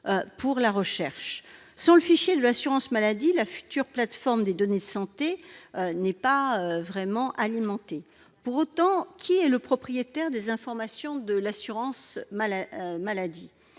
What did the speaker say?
pour la recherche. Sans le fichier de l'assurance maladie, la future plateforme des données de santé ne sera pas vraiment alimentée. Pour autant, qui est le propriétaire des informations détenues par l'assurance maladie ?